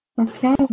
Okay